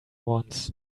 wants